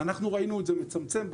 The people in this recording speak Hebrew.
ראינו את זה מצמצם,